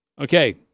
Okay